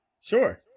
Sure